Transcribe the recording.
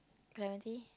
clement